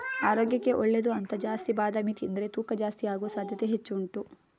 ಆರೋಗ್ಯಕ್ಕೆ ಒಳ್ಳೇದು ಅಂತ ಜಾಸ್ತಿ ಬಾದಾಮಿ ತಿಂದ್ರೆ ತೂಕ ಜಾಸ್ತಿ ಆಗುವ ಸಾಧ್ಯತೆ ಹೆಚ್ಚು ಉಂಟು